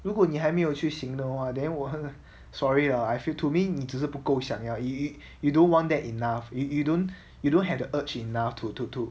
如果你还没有去行动 then 我很 sorry lah I feel to me 你只是不够想要 you you don't want that enough you you don't you don't have to urge enough to to to